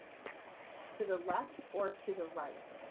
to the left? or to the right?